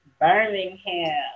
Birmingham